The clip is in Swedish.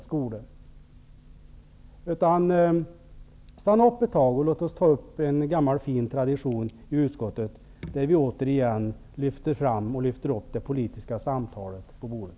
Stanna upp ett tag och låt oss ta upp en gammal fin tradition i utskottet och återigen lyfta upp det politiska samtalet på bordet.